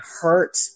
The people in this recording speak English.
hurt